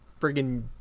friggin